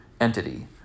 entity